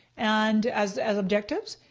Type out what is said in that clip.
and as as objectives.